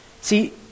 See